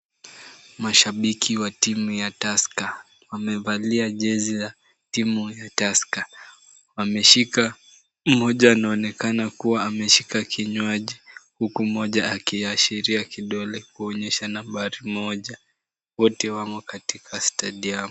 Mashabiki wa timu ya Tusker. Wamevalia jezi za timu ya Tusker. Mmoja anaonekana kuwa ameshika kinywaji huku mmoja akiashiria kidole kuonyesha nambari moja. Wote wamo katika stadium .